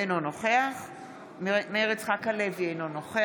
אינו נוכח מאיר יצחק הלוי, אינו נוכח